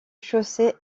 chaussée